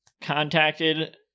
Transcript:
contacted